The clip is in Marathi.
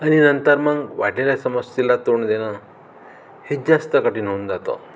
आणि नंतर मग वाढलेल्या समस्येला तोंड देणं हे जास्त कठीण होऊन जातं